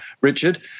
Richard